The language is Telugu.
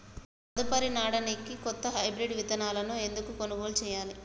తదుపరి నాడనికి కొత్త హైబ్రిడ్ విత్తనాలను ఎందుకు కొనుగోలు చెయ్యాలి?